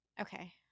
Okay